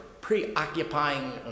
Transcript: preoccupying